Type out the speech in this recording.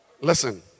listen